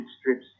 strips